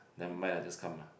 never mind lah just come lah